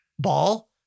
ball